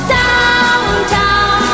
downtown